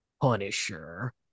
punisher